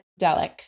Delic